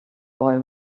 boy